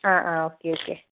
ആ ആ okay okay